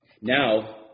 Now